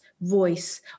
voice